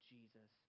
Jesus